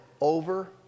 over